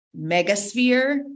megasphere